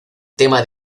tema